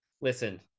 listen